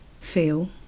feel